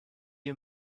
you